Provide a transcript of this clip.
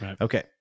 Okay